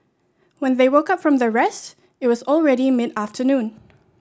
when they woke up from their rest it was already mid afternoon